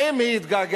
האם היא התגעגעה